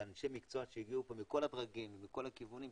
אנשי מקצוע שהגיעו לכאן מכל הדרגים ומכל הכיוונים,